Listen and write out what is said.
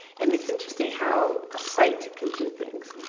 and it's interesting how a site can do things.